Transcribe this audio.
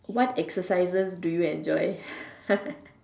what exercises do you enjoy